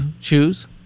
choose